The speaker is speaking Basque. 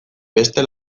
beste